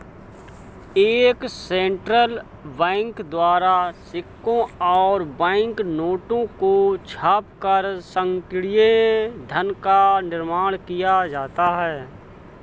एक central bank द्वारा सिक्कों और बैंक नोटों को छापकर संकीर्ण धन का निर्माण किया जाता है